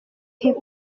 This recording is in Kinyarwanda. hip